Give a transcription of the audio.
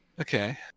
Okay